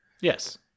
Yes